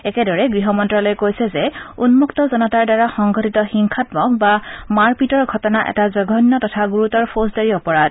একেদৰে গৃহমন্ত্যালয়ে কৈছে যে উন্মত্ত জনতাৰ দ্বাৰা সংঘটিত হিংসাম্মক বা মাৰ পিতৰ ঘটনা এটা জঘন্য তথা গুৰুতৰ ফৌজদাৰী অপৰাধ